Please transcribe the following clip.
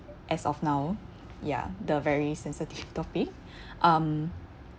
as of now ya the very sensitive topic um